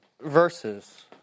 verses